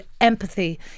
empathy